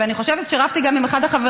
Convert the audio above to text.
ואני חושבת שרבתי גם עם אחד החברים